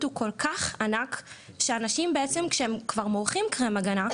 הוא כל כך ענק שאנשים כבר מורחים קרם הגנה,